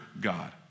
God